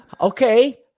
Okay